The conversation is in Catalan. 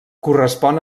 correspon